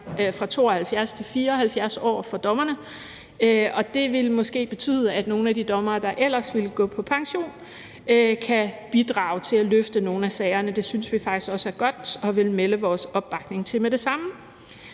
fra 72 til 74 år for dommerne, og det vil måske betyde, at nogle af de dommere, der ellers ville gå på pension, kan bidrage til at løfte nogle af sagerne. Det synes vi faktisk også er godt, og vi vil melde vores opbakning til det med det samme.